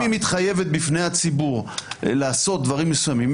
היא מתחייבת בפני הציבור לעשות דברים מסוימים,